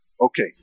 okay